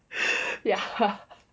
yeah